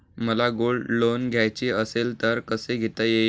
मला gold loan घ्यायचे असेल तर कसे घेता येईल?